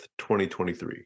2023